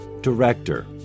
director